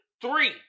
three